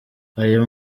ayo